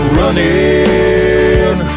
running